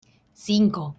cinco